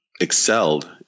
excelled